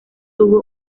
tuvo